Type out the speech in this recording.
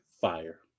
Fire